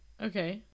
Okay